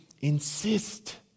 insist